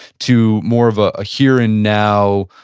to more of a here and now,